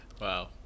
Wow